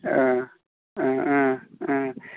अ अ अ